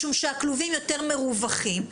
משום שהכלובים יותר מרווחים.